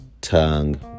tongue